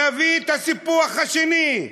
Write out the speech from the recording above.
נביע את הסיפוח השני.